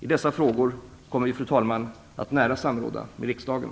I dessa frågor kommer vi, fru talman, att nära samråda med riksdagen.